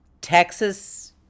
Texas